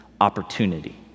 opportunity